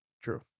true